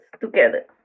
together